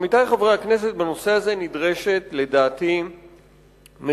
עמיתי חברי הכנסת, במקרה הזה נדרשת לדעתי מדיניות